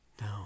No